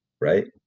right